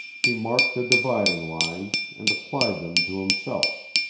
he marked the dividing lines, and applied them to himself.